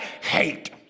hate